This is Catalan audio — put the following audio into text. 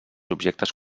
objectes